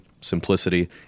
simplicity